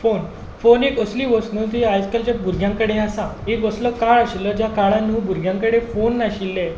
phone phone एक असली वस्त न्हय ती आयज कालच्या भुरग्यां कडेन आसा एक असलो काळ आशिल्लो त्या काळार न्हय भुरग्यां कडेन फोन नाशिल्लो